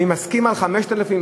אני מסכים על 5,000,